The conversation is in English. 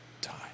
Time